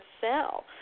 sell